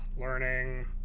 learning